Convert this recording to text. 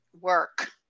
work